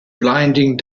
blinding